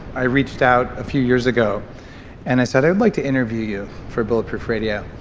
i reached out a few years ago and i said, i would like to interview you for bulletproof radio.